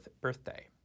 birthday